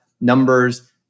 numbers